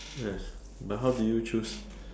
yes but how do you choose